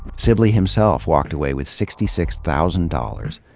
sib ley himself walked away with sixty six thousand dollars,